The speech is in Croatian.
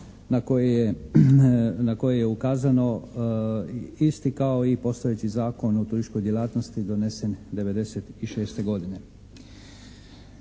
na koje je ukazano isti kao i postojeći Zakon o turističkoj djelatnosti donesen '96. godine.